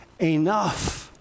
enough